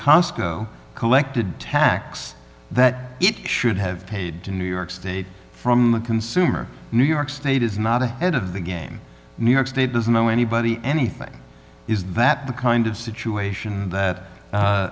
cost go collected tax that it should have paid to new york state from the consumer new york state is not ahead of the game new york state doesn't owe anybody anything is that the kind of situation that